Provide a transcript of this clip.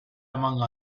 among